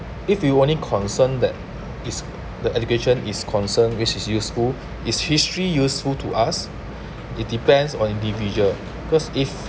if you only concern that is the education is concerned which is useful is history useful to us it depends on individual because if